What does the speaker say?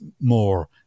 more